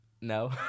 No